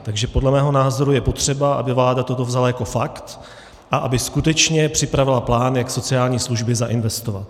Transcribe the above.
Takže podle mého názoru je potřeba, aby vláda toto vzala jako fakt a aby skutečně připravila plán, jak sociální služby zainvestovat.